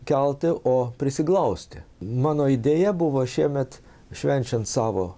kelti o prisiglausti mano idėja buvo šiemet švenčiant savo